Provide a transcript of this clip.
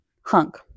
Hunk